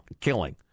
killing